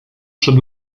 przed